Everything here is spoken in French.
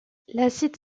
l’acide